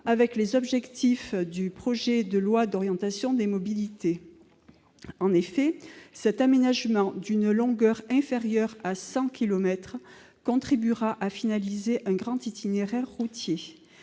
avec les objectifs du projet de loi d'orientation des mobilités. En effet, cet aménagement, d'une longueur inférieure à 100 kilomètres, contribuera à finaliser un grand itinéraire routier.